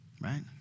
Right